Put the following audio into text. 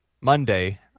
Monday